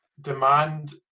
demand